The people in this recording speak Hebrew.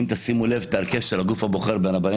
אם תשימו לב להרכב של הגוף הבוחר ברבני